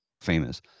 famous